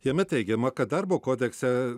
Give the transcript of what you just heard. jame teigiama kad darbo kodekse